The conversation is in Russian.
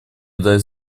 дать